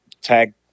tag